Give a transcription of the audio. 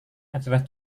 adalah